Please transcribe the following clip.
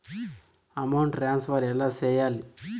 amount transfer ఎలా సేయాలి